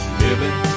living